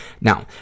Now